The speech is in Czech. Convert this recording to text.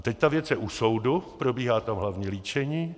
Teď ta věc je u soudu, probíhá tam hlavní líčení.